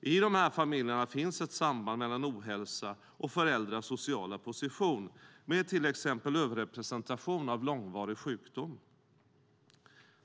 I de här familjerna finns ett samband mellan ohälsa och föräldrars sociala position med till exempel överrepresentation av långvarig sjukdom.